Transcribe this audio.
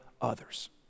others